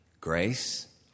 Grace